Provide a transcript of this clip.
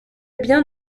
bien